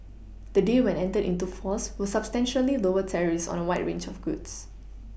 the deal when entered into force will substantially lower tariffs on a wide range of goods